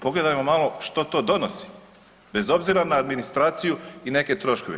Pogledajmo malo što to donosi bez obzira na administraciju i neke troškove.